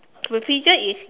the pigeon is